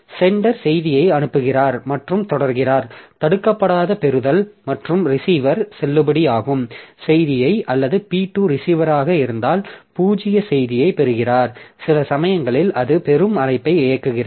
centre செய்தியை அனுப்புகிறார் மற்றும் தொடர்கிறார் தடுக்கப்படாத பெறுதல் மற்றும் ரிசீவர் செல்லுபடியாகும் செய்தியை அல்லது P2 ரிசீவராக இருந்தால் பூஜ்ய செய்தியைப் பெறுகிறார் சில சமயங்களில் அது பெறும் அழைப்பை இயக்குகிறது